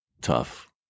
tough